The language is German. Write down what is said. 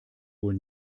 wohl